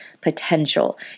potential